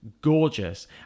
gorgeous